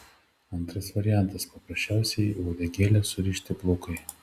antras variantas paprasčiausiai į uodegėlę surišti plaukai